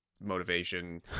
motivation